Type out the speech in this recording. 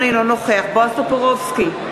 אינו נוכח בועז טופורובסקי,